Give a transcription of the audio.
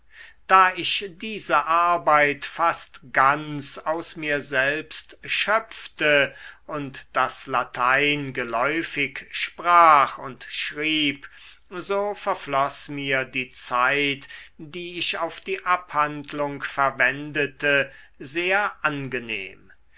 da ich diese arbeit fast ganz aus mir selbst schöpfte und das latein geläufig sprach und schrieb so verfloß mir die zeit die ich auf die abhandlung verwendete sehr angenehm